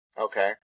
Okay